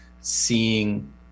seeing